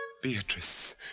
Beatrice